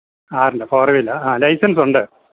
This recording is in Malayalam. കാറിൻ്റെ ഫോർ വീല് ആ ലൈസൻസൊണ്ട്